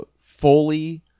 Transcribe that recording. fully